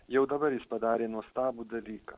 jau dabar jis padarė nuostabų dalyką